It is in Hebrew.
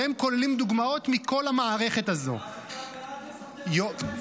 והן כוללות דוגמאות מכל המערכת הזאת -- אז אתה בעד לפטר את היועצת?